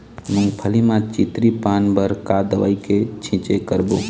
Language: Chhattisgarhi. मूंगफली म चितरी पान बर का दवई के छींचे करबो?